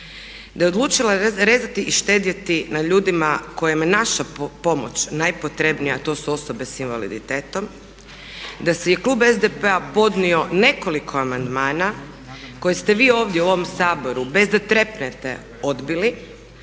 da je odlučila rezati i štedjeti na ljudima kojima je naša pomoć najpotrebnija a to su osobe s invaliditetom, da se je Klub SDP-a podnio nekoliko amandmana koje ste vi ovdje u ovom Saboru bez da trepnete odbili